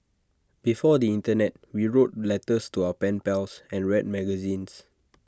before the Internet we wrote letters to our pen pals and read magazines